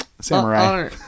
Samurai